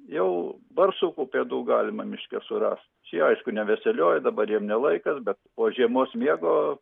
jau barsukų pėdų galima miške surast šie aišku neveselioja dabar jiem ne laikas bet po žiemos miego